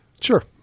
sure